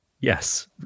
Yes